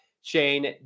Shane